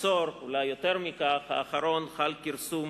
בעשור האחרון, אולי יותר מכך, חל כרסום